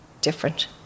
different